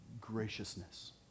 graciousness